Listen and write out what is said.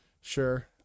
sure